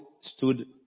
stood